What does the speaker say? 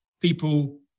people